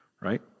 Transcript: right